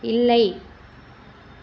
இல்லை